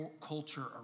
culture